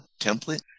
template